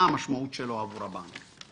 מה המשמעות שלו עבור הבנק?